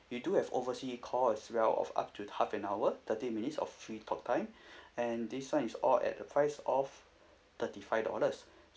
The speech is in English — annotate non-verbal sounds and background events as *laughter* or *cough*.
we do have oversea call as well of up to half an hour thirty minutes of free talk time *breath* and this one is all at the price of thirty five dollars